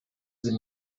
sie